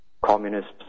communists